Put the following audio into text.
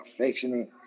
affectionate